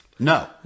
No